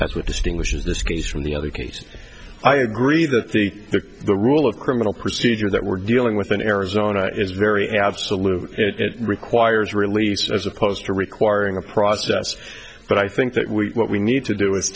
what distinguishes this case from the other cases i agree that the the the rule of criminal procedure that we're dealing with in arizona is very absolute it requires release as opposed to requiring a process but i think that we we need to do is